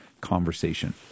conversation